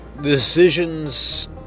Decisions